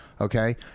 Okay